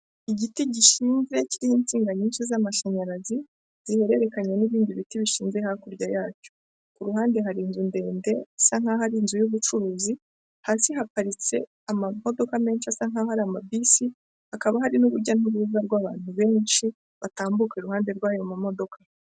Igiti gishinje kirimo insinga nyinshi z'amashanyarazi, zihererekanya n'ibindi biti bishinze hakurya yacyo, ku ruhande hari inzu ndende isa nkaho ari inzu y'ubucuruzi, hasi haparitse amamodoka menshi asa nkaho ari ama bisi, hakaba hari n'urujya n'uruza rwabantu benshi batambuka iruhande rwayo mamodoka.